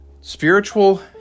spiritual